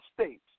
States